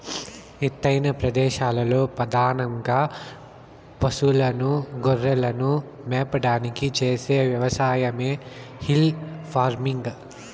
ఎత్తైన ప్రదేశాలలో పధానంగా పసులను, గొర్రెలను మేపడానికి చేసే వ్యవసాయమే హిల్ ఫార్మింగ్